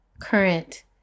current